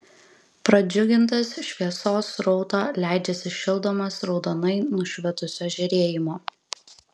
pradžiugintas šviesos srauto leidžiasi šildomas raudonai nušvitusio žėrėjimo